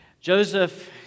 Joseph